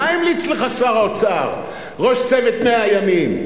מה המליץ לך שר האוצר, ראש צוות 100 הימים?